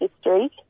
history